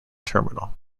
terminal